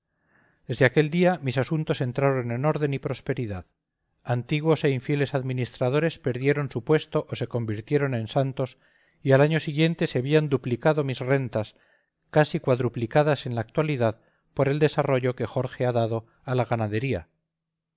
desde aquel día mis asuntos entraron en orden y prosperidad antiguos e infieles administradores perdieron su puesto o se convirtieron en santos y al año siguiente se habían duplicado mis rentas casi cuadruplicadas en la actualidad por el desarrollo que jorge ha dado a la ganadería